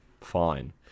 fine